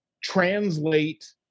translate